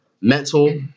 mental